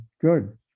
good